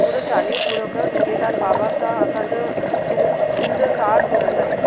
पूरो चालीहों पूरो कयूं झूलेलाल बाबा सां असांजो दिलि दिलि जो तार जुड़ियल आहिनि